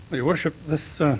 your worship, this